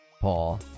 Paul